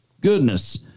goodness